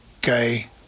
gay